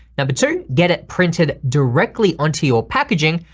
number two, get it printed directly onto your packaging,